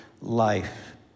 life